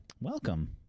Welcome